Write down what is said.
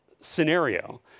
scenario